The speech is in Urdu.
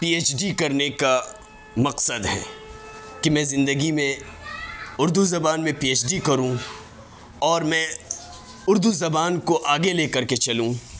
پی ایچ ڈی کرنے کا مقصد ہے کہ میں زندگی میں اردو زبان میں پی ایچ ڈی کروں اور میں اردو زبان کو آگے لے کر کے چلوں